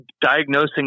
diagnosing